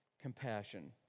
compassion